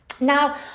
Now